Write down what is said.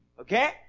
okay